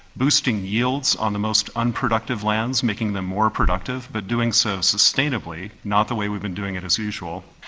boosting yields on the most unproductive lands, making them more productive, but doing so sustainably, not the way we've been doing it as usual.